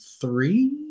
three